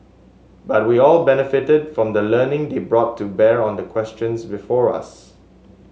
but we all benefited from the learning they brought to bear on the questions before us